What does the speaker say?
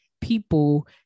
people